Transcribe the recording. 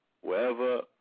Wherever